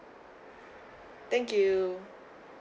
thank you